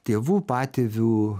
tėvų patėvių